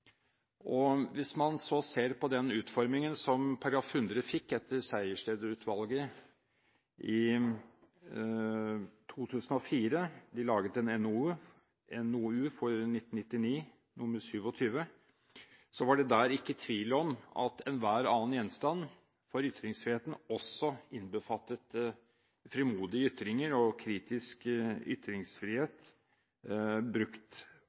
gjenstand. Hvis man ser på den utformingen som § 100 fikk i 2004, etter Sejersted-utvalget, som laget en NOU, NOU 1999: 27, var det der ikke tvil om at enhver annen gjenstand for ytringsfriheten også innbefattet frimodige ytringer og kritisk ytringsfrihet brukt